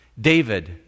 David